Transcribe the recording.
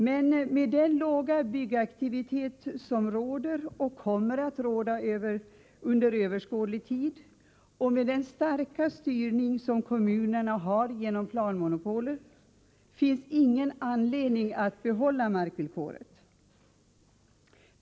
Men med den låga byggaktivitet som råder och kommer att råda under överskådlig tid och med den starka styrning som kommunerna har genom planmonopolet finns det ingen anledning att behålla markvillkoret.